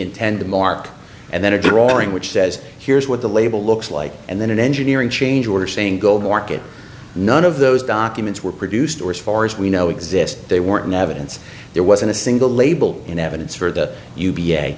intend to mark and then a drawing which says here's what the label looks like and then an engineering change order saying gold market none of those documents were produced or so far as we know exist they weren't navid and so there wasn't a single label in evidence for the u